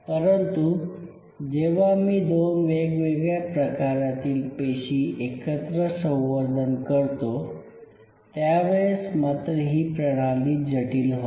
परंतु जेव्हा मी दोन वेगवेगळ्या प्रकारातील पेशी एकत्र संवर्धन करतो त्यावेळेस मात्र ही प्रणाली जटिल होते